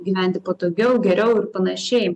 gyventi patogiau geriau ir panašiai